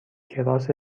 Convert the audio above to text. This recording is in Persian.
کراس